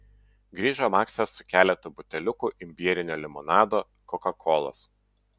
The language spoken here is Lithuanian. grįžo maksas su keletu buteliukų imbierinio limonado kokakolos